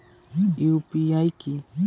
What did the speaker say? UPI কি?